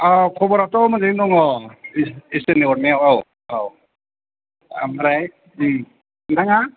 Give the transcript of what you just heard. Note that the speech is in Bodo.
औ खबराथ' मोजाङै दङ इसोरनि अननायाव औ औ आमफ्राय नोंथाङा